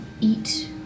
eat